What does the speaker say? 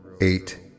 eight